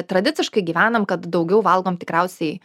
tradiciškai gyvenam kad daugiau valgom tikriausiai